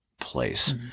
place